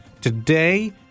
Today